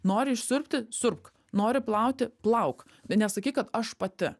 nori išsiurbti siurbk nori plauti plauk bet nesakyk kad aš pati